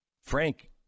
Frank